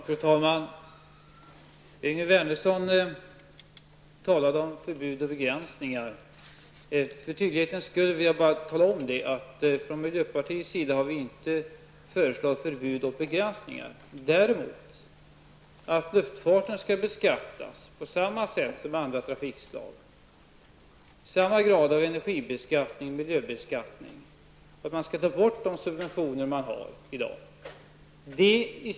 Fru talman! Yngve Wernersson talade om förbud och begränsningar. För tydlighetens skull vill jag tala om att vi från miljöpartiets sida inte har föreslagit några förbud och begränsningar. Däremot har vi föreslagit att luftfarten skall beskattas på samma sätt som andra trafikslag. Det skall vara samma grad av energibeskattning och miljöbeskattning. Vi har också föreslagit att de subventioner som utgår skall avskaffas.